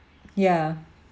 yeah